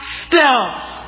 steps